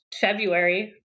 February